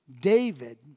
David